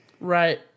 Right